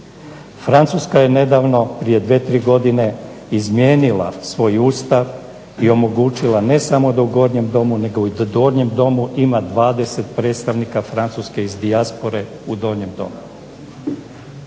Francuska je nedavno, prije 2, 3 godine izmijenila svoj ustav i omogućila ne samo da u Gornjem domu nego i da u Donjem domu ima 20 predstavnika Francuske iz dijaspore u Donjem domu.